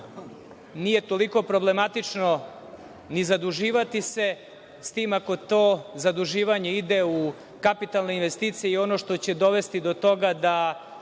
nije toliko problematično ni zaduživati se, s tim ako to zaduživanje ide u kapitalne investicije i ono što će dovesti do toga da